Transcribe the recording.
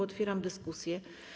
Otwieram dyskusję.